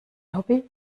hobby